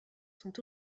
sont